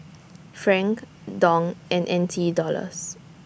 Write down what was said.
Franc Dong and N T Dollars